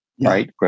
Right